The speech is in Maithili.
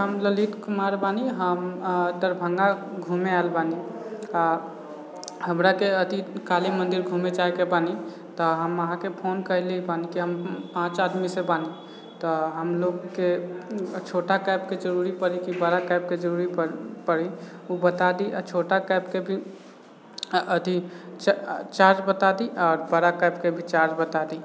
हम ललित कुमार बानी हम दरभङ्गा घुमै आएल बानी आओर हमराके अथि काली मन्दिर घुमै जाएके बानी तऽ हम अहाँके फोन कएले बानी की हम पाँच आदमीसँ बानी तऽ हमलोगके छोटा कैबके जरूरी पड़ी कि बड़ा कैबके जरूरी पड़ी ओ बता दी आओर छोटा कैबके भी अथी चार्ज बता दी आओर बड़ा कैब के भी चार्ज बता दी